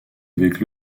avec